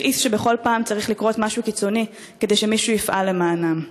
מכעיס שבכל פעם צריך לקרות משהו קיצוני כדי שמישהו יפעל למענם.